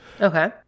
Okay